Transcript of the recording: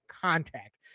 contact